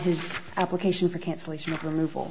his application for cancellation removal